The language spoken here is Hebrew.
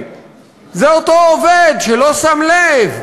זה אותו עובד שלא שם לב,